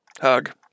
Hug